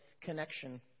connection